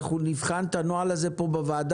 אנחנו נבחן את הנוהל הזה פה בוועדה